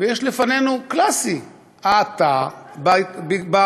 ויש לפנינו, קלאסי: האטה במשק.